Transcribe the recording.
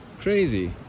Crazy